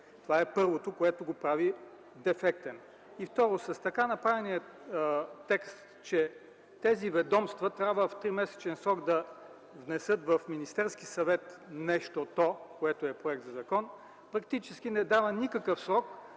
това е първото, което го прави дефектен. Второ, с така направения текст – че тези ведомства трябва в 3-месечен срок да внесат в Министерския съвет нещото, което е проект за закон, фактически не се дава никакъв срок